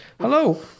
Hello